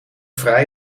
vrij